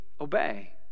obey